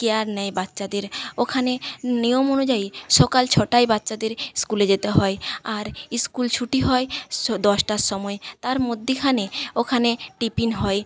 care নেয় বাচ্চাদের ওখানে নিয়ম অনুযায়ী সকাল ছটায় বাচ্চাদের স্কুলে যেতে হয় আর স্কুল ছুটি হয় সো দশটার সময় তার মদ্যিখানে ওখানে টিফিন হয়